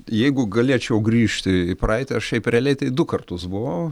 jeigu galėčiau grįžti į praeitį ar šiaip realiai tai du kartus buvau